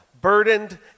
burdened